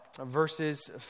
verses